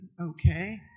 okay